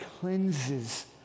cleanses